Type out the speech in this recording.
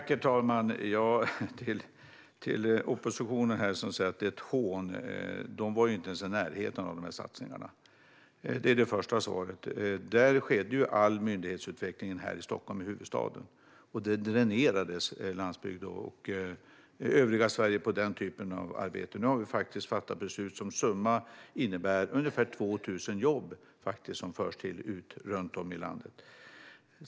Herr talman! Till oppositionen som säger att detta är ett hån vill jag säga att de inte ens var i närheten av dessa satsningar. Det är det första svaret. Då skedde all myndighetsutveckling här i Stockholm, i huvudstaden. Landsbygden och övriga Sverige dränerades på den typen av arbeten. Nu har vi fattat beslut som faktiskt innebär sammanlagt ungefär 2 000 jobb som förs ut runt om i landet.